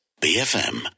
BFM